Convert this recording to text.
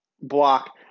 block